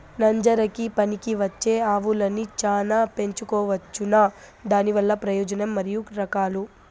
నంజరకి పనికివచ్చే ఆవులని చానా పెంచుకోవచ్చునా? దానివల్ల ప్రయోజనం మరియు రకాలు?